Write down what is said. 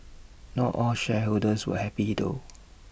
not all shareholders were happy though